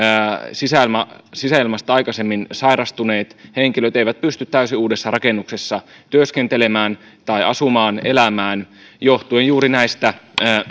sisäilmasta sisäilmasta aikaisemmin sairastuneet henkilöt eivät pysty täysin uudessa rakennuksessa työskentelemään tai asumaan elämään johtuen juuri näistä